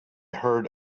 heard